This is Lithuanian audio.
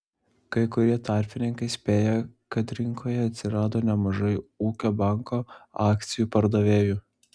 kai kurie tarpininkai spėja kad rinkoje atsirado nemažai ūkio banko akcijų pardavėjų